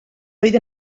oedd